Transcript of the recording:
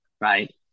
right